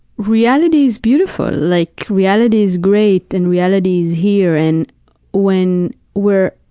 reality is beautiful. like, reality is great and reality is here, and when we're,